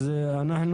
אנחנו,